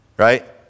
Right